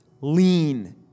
Lean